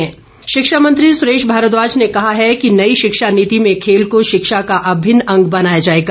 शिक्षा नीति शिक्षा मंत्री सुरेश भारद्वाज ने कहा है कि नई शिक्षा नीति में खेल को शिक्षा का अभिन्न अंग बनाया जाएगा